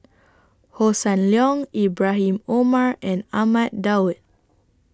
Hossan Leong Ibrahim Omar and Ahmad Daud